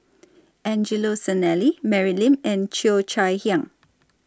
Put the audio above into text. Angelo Sanelli Mary Lim and Cheo Chai Hiang